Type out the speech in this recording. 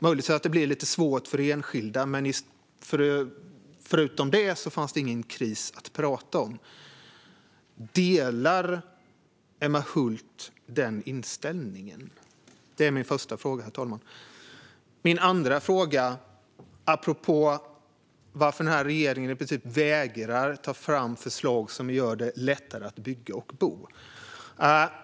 Möjligtvis var det lite svårt för enskilda, men förutom detta fanns det ingen kris att prata om. Delar Emma Hult den inställningen? Detta är min första fråga, herr talman. Min andra fråga är apropå varför regeringen i princip vägrar att ta fram förslag som gör det lättare att bygga och bo.